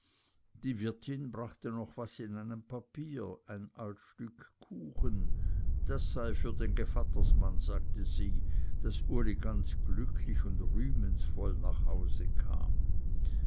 die wirtin brachte noch was in einem papier ein alt stück kuchen das sei für den gevattersmann sagte sie daß uli ganz glücklich und rühmens voll nach hause kam